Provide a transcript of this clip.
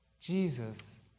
Jesus